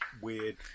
weird